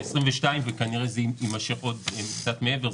ב-22' וכנראה זה יימשך עוד קצת מעבר,